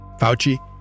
Fauci